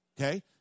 Okay